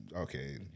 Okay